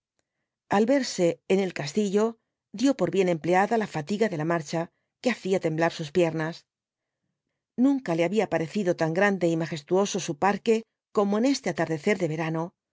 al verse en el castillo dio por bien empleada la fatiga de la marcha que hacía temblar sus piernas nanea le había parecido tan grande y majestuoso su parque como en este atardecer de verano